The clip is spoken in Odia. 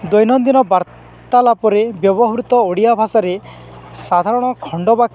ଦୈନନ୍ଦିନ ବାର୍ତ୍ତାଳାପରେ ବ୍ୟବହୃତ ଓଡ଼ିଆ ଭାଷାରେ ସାଧାରଣ ଖଣ୍ଡବାକ୍ୟ